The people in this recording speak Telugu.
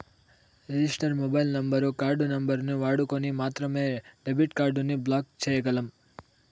రిజిస్టర్ మొబైల్ నంబరు, కార్డు నంబరుని వాడుకొని మాత్రమే డెబిట్ కార్డుని బ్లాక్ చేయ్యగలం